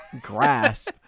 grasp